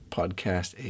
podcast